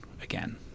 again